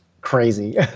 crazy